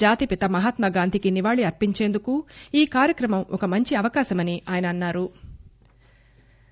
జాతిపిత మహాత్మాగాంధీకి నివాళి అర్పించేందుకు ఈ కార్యక్రమం ఒక మంచి అవకాశమని ఆయన అన్నారు